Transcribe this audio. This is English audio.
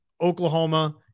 Oklahoma